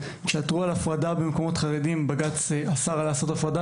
הפרדה במקומות חרדיים ובג״ץ אסר על ביצוע ההפרדה,